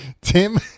Tim